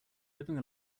living